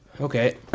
okay